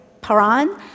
Paran